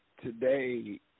Today